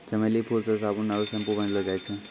चमेली फूल से साबुन आरु सैम्पू बनैलो जाय छै